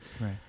Right